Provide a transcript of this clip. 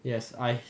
yes I